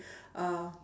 uh